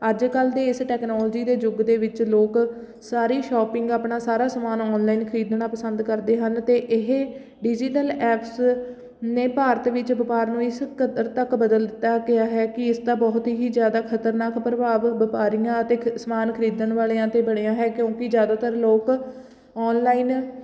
ਅੱਜ ਕੱਲ੍ਹ ਦੇ ਇਸ ਟੈਕਨੋਲਜੀ ਦੇ ਯੁੱਗ ਦੇ ਵਿੱਚ ਲੋਕ ਸਾਰੀ ਸ਼ੋਪਿੰਗ ਆਪਣਾ ਸਾਰਾ ਸਮਾਨ ਔਨਲਾਈਨ ਖਰੀਦਣਾ ਪਸੰਦ ਕਰਦੇ ਹਨ ਅਤੇ ਇਹ ਡਿਜ਼ੀਟਲ ਐਪਸ ਨੇ ਭਾਰਤ ਵਿੱਚ ਵਪਾਰ ਨੂੰ ਇਸ ਕਦਰ ਤੱਕ ਬਦਲ ਦਿੱਤਾ ਗਿਆ ਹੈ ਕਿ ਇਸ ਦਾ ਬਹੁਤ ਹੀ ਜ਼ਿਆਦਾ ਖਤਰਨਾਕ ਪ੍ਰਭਾਵ ਵਪਾਰੀਆਂ ਅਤੇ ਖ ਸਮਾਨ ਖਰੀਦਣ ਵਾਲਿਆਂ 'ਤੇ ਬਣਿਆ ਹੈ ਕਿਉਂਕਿ ਜ਼ਿਆਦਾਤਰ ਲੋਕ ਔਨਲਾਈਨ